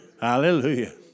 Hallelujah